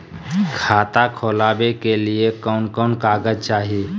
खाता खोलाबे के लिए कौन कौन कागज चाही?